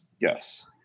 Yes